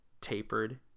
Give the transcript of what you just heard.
tapered